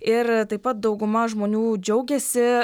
ir taip pat dauguma žmonių džiaugėsi